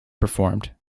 performed